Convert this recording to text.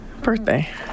birthday